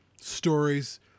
stories